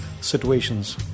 situations